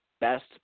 best